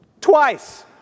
Twice